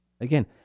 Again